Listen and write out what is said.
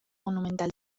monumental